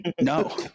no